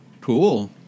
Cool